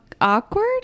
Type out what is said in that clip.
awkward